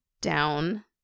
Down